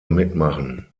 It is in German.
mitmachen